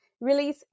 release